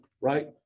right